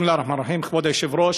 אללה א-רחמאן א-רחים.